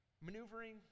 maneuvering